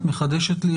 את מחדשת לי,